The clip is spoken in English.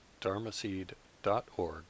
dharmaseed.org